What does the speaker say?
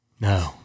No